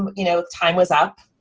and you know, time was up